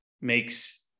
makes